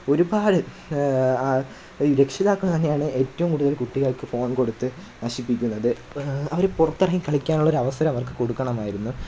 ഒരുപാട് രക്ഷിതാക്കൾ തന്നെയാണ് ഏറ്റവും കൂടുതൽ കുട്ടികൾക്ക് ഫോൺ കൊടുത്തു നശിപ്പിക്കുന്നത് അവർ പുറത്തിറങ്ങിക്കളിക്കാനുള്ളൊരു അവസരം അവർക്ക് കൊടുക്കണമായിരുന്നു